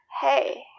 hey